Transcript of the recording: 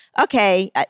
okay